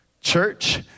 Church